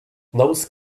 those